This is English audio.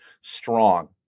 strong